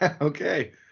Okay